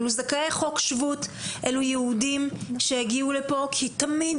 אלה זכאי חוק שבות הם יהודים שהגיעו לכאן כי תמיד